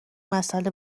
مسئله